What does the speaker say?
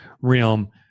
realm